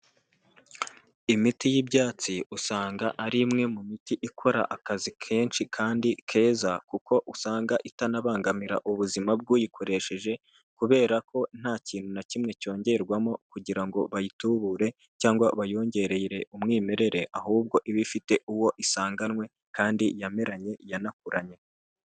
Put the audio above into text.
Imiti y'ibyatsi usanga ari imwe mu miti ikora akazi kenshi kandi keza, kuko usanga itanabangamira ubuzima bw'uyikoresheje, kubera ko nta kintu na kimwe cyongerwamo kugira ngo bayitubure cyangwa bayongerere umwimerere ahubwo iba ifite uwo isanganywe, kandi yameranye yanakuranye.